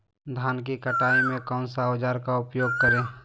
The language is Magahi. धान की कटाई में कौन सा औजार का उपयोग करे?